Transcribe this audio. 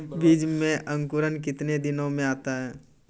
बीज मे अंकुरण कितने दिनों मे आता हैं?